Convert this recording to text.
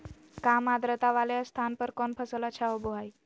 काम आद्रता वाले स्थान पर कौन फसल अच्छा होबो हाई?